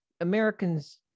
Americans